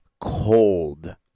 cold